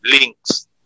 links